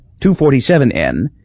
247N